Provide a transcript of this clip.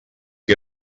que